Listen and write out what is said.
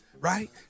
right